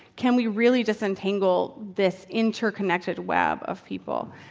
can we really disentangle this interconnected web of people?